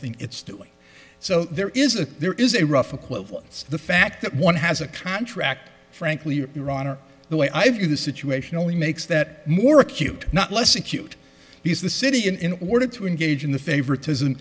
thing it's doing so there is a there is a rough equivalence the fact that one has a contract frankly iran or the way i view the situation only makes that more acute not less acute because the city in order to engage in the favoritism